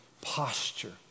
posture